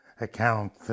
account